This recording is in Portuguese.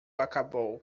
acabou